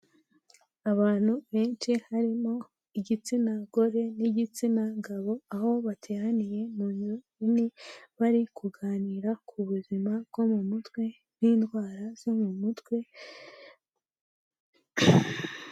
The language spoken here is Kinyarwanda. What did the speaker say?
Abantu benshi harimo igitsina gore n'igitsina gabo aho bateraniye munzu nini, bari kuganira ku buzima bwo mu mutwe n'indwara zo mu mutwe.